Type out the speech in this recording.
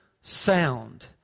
sound